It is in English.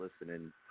listening